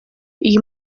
iyi